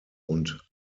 und